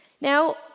Now